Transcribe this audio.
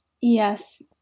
Yes